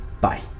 Bye